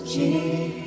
Jesus